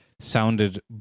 sounded